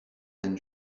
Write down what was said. and